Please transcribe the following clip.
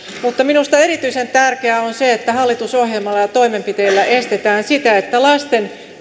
mutta minusta erityisen tärkeää on se että hallitusohjelmalla ja toimenpiteillä estetään lasten